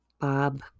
Bob